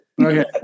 Okay